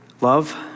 love